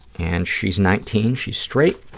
and she's nineteen. she's straight.